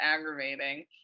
aggravating